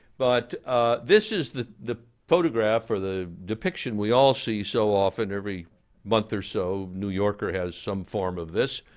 but this is the the photograph or the depiction we all see so often every month or so, new yorker has some form of this.